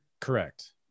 Correct